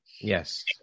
Yes